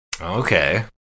Okay